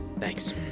Thanks